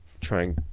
trying